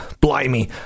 blimey